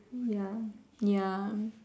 ya ya